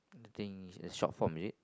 think is the short form is it